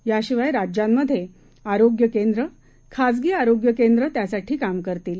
याशिवायराज्यांमधेआरोग्यकेंद्र खाजगीआरोग्यकेंद्रत्यासाठीकामकरतील